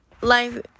life